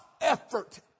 effort